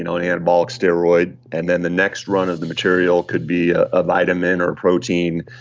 and an anabolic steroid. and then the next run of the material could be ah a vitamin or a protein.